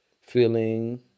Feeling